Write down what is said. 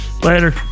Later